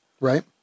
Right